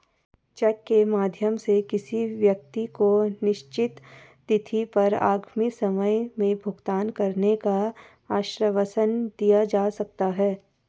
check के माध्यम से किसी व्यक्ति को निश्चित तिथि पर आगामी समय में भुगतान करने का आश्वासन दिया जा सकता है